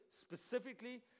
specifically